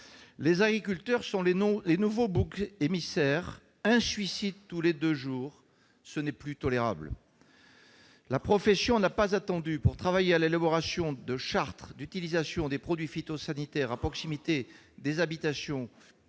Les agriculteurs sont les nouveaux boucs émissaires. Un suicide tous les deux jours, ce n'est plus tolérable ! La profession n'a pas attendu pour travailler à l'élaboration de chartes d'utilisation des produits phytosanitaires à proximité des habitations ou s'organiser